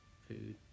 food